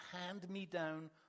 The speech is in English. hand-me-down